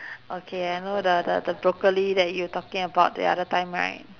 okay I know the the the broccoli that you talking about the other time right